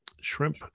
shrimp